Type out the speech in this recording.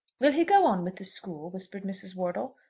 will he go on with the school? whispered mrs. wortle.